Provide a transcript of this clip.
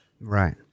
Right